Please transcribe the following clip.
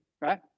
right